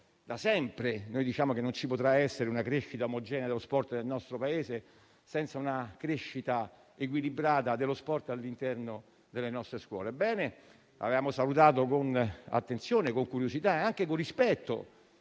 Da sempre diciamo che non ci potrà essere una crescita omogenea dello sport nel nostro Paese senza una sua crescita equilibrata all'interno delle nostre scuole. Ebbene, avevamo salutato con attenzione, curiosità e anche con rispetto